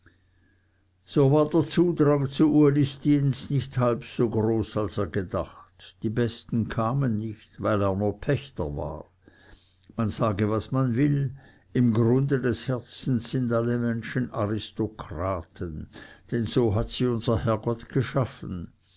so war der zudrang zu ulis dienst nicht halb so groß als er gedacht die besten kamen nicht weil er nur pächter war man sage was man will im grunde des herzens sind alle menschen aristokraten denn so hat sie unser herrgott geschaffen